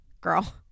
Girl